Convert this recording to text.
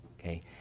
Okay